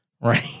right